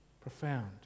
Profound